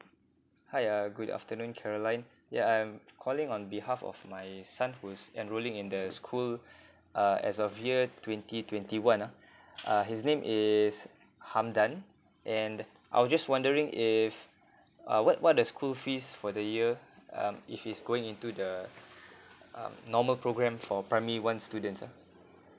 hi uh good afternoon caroline yeah I'm calling on behalf of my son who's enrolling in the school uh as of year twenty twenty one ah uh his name is hamdan and I was just wondering if uh what what the school fees for the year um if he's going into the um normal programme for primary one students ah